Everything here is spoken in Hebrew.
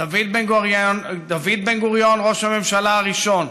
דוד בן-גוריון, ראש הממשלה הראשון,